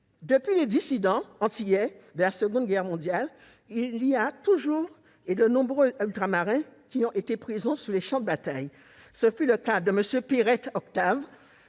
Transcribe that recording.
Depuis les dissidents antillais de la Seconde Guerre mondiale, de nombreux Ultramarins ont toujours été présents sur les champs de bataille. Ce fut le cas de M. Octave